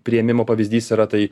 priėmimo pavyzdys yra tai